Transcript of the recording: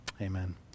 amen